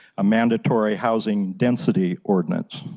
a mandatory housing density ordinance.